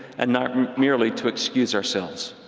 and not merely to excuse ourselves.